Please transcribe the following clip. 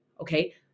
Okay